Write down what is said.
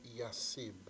yasib